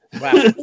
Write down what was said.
Wow